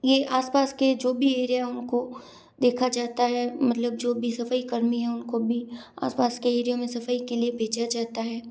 यह आसपास के जो भी एरिया उनको देखा जाता है मतलब जो भी सफाई कर्मी हैं उनको भी आसपास के एरिया में सफाई के लिए भेजा जाता है